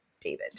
David